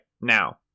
now